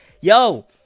yo